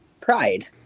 Pride